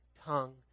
tongue